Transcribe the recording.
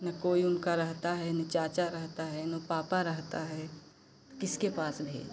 न कोई उनका रहता है न चाचा रहता है न पापा रहता है किसके पास रहें